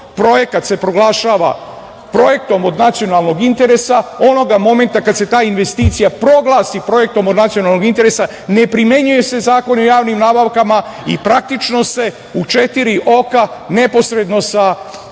projekat se proglašava projektom od nacionalnog interesa, onoga momenta kada se ta investicija proglasi projektom od nacionalnog interesa, ne primenjuje se Zakon o javnim nabavkama i praktično se u četiri oka, neposredno sa